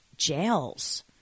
jails